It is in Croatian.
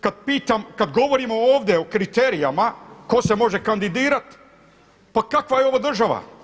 Kad pitam, kad govorimo ovdje o kriterijima tko se može kandidirat, pa kakva je ovo država?